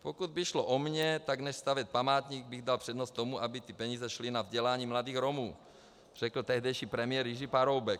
Pokud by šlo o mě, tak než stavět památník, dal bych přednost tomu, aby ty peníze šly na vzdělání mladých Romů, řekl tehdejší premiér Jiří Paroubek.